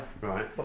right